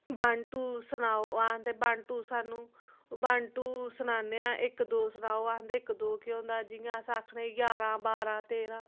one two सनाओ ओह् आखदे वन टू सानूं ओह् वन टू सनाने आं इक दो सनाओ ओह् आखदे इक दो केह् होंदा जियां अस आखने आं ञारां बारां तेरां